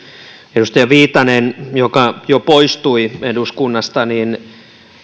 edustaja viitanen joka jo poistui eduskunnasta